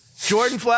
Jordan